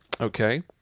Okay